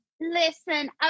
listen